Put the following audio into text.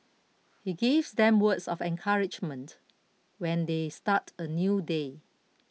he gives them words of encouragement when they start a new day